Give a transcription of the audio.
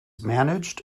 managed